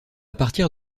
partir